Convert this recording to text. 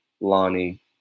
Lonnie